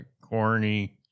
corny